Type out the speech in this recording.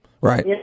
Right